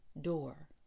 door